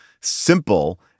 simple